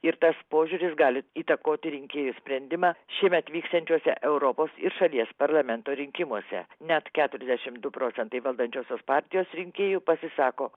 ir tas požiūris gali įtakoti rinkėjų sprendimą šįmet vyksiančiuose europos ir šalies parlamento rinkimuose net keturiasdešimt du procentai valdančiosios partijos rinkėjų pasisako